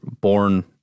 born